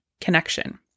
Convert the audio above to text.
connection